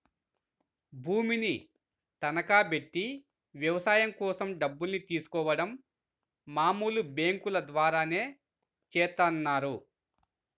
భూమిని తనఖాబెట్టి వ్యవసాయం కోసం డబ్బుల్ని తీసుకోడం మామూలు బ్యేంకుల ద్వారానే చేత్తన్నారు